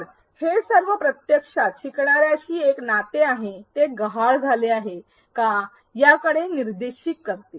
तर हे सर्व प्रत्यक्षात शिकणार्याशी एक नाते आहे ते गहाळ झाले आहे का याच्याकडे निर्देशित करते